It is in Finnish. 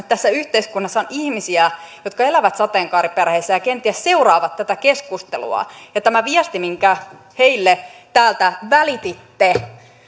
tässä yhteiskunnassa on ihmisiä jotka elävät sateenkaariperheissä ja kenties seuraavat tätä keskustelua tämä viesti minkä heille täältä välititte